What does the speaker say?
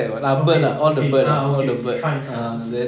okay okay ah okay fine fine okay